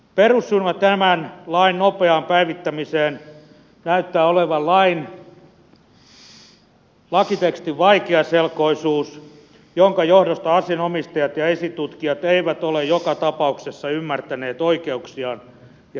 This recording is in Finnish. perussyynä tämän lain nopeaan päivittämiseen näyttää olevan lakitekstin vaikeaselkoisuus jonka johdosta asianomistajat ja esitutkijat eivät ole joka tapauksessa ymmärtäneet oikeuksiaan ja velvollisuuksiaan